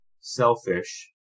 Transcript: selfish